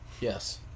Yes